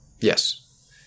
yes